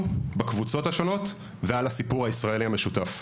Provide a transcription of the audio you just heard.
בקבוצות השונות ועל הסיפור הישראלי המשותף.